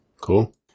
Cool